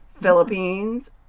Philippines